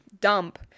dump